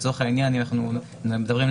אם אנחנו מדברים,